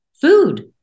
food